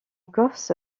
corse